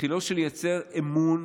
של יצירת אמון